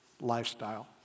lifestyle